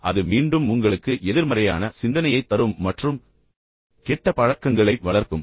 எனவே அது மீண்டும் உங்களுக்கு எதிர்மறையான சிந்தனையைத் தரும் மற்றும் கெட்ட பழக்கங்களை வளர்க்கும்